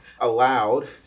allowed